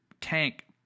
tank